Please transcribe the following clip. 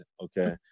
okay